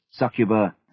succuba